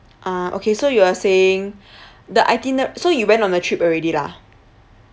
ah okay so you are saying the itiner~ so you went on the trip already lah